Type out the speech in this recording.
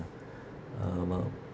um uh